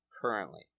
currently